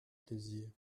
plaisir